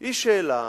היא שאלה